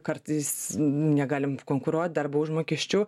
kartais negalim konkuruot darbo užmokesčiu